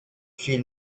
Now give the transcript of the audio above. she